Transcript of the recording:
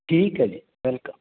ਠੀਕ ਹੈ ਜੀ ਵੈਲਕਮ